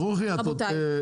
רבותיי,